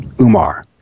Umar